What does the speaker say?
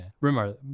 Remember